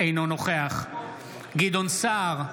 אינו נוכח גדעון סער,